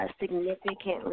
significantly